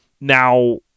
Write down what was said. Now